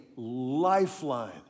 Lifeline